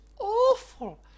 awful